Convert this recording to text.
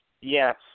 Yes